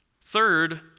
Third